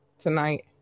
tonight